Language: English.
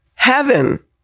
Heaven